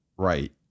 Right